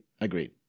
Agreed